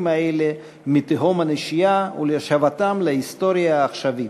אלו מתהום הנשייה ולהשבתם להיסטוריה העכשווית.